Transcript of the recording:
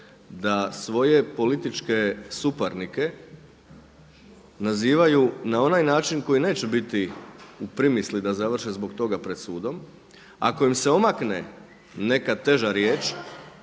da svoje političke suparnike nazivaju na onaj način koji neće biti u primisli da završe zbog toga pred sudom. Ako im se omakne neka teža riječ